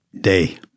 Day